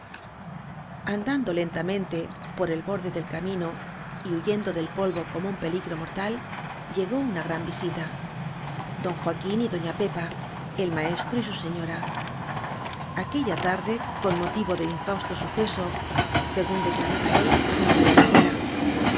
andando lentamente por el borde del ca mino y huyendo del polvo como un peligro mortal llegó una gran visita don joaquín y doña pepa el maestro y su señora aquella tarde con motivo del infausto siiceso según declaraba él no había escuela